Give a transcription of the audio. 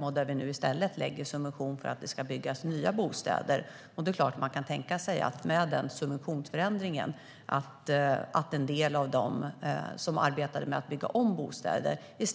Nu lägger vi i stället en subvention för att det ska byggas nya bostäder. Då kan man tänka sig att i och med den subventionsförändringen kommer en del av dem som arbetade med att bygga om bostäder i